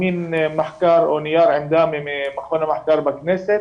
מחקר או נייר עמדה ממכון המחקר בכנסת